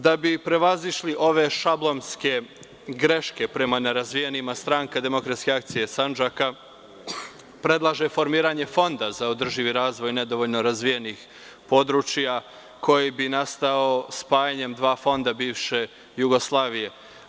Da bi prevazišli ove šablonske greške prema nerazvijenima, Stranka demokratske akcije Sandžaka predlaže formiranje fonda za održivi razvoj nedovoljno razvijenih područja, koji bi nastao spajanjem dva fonda bivše Jugoslavije.